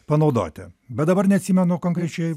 panaudoti bet dabar neatsimenu konkrečiai